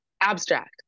Abstract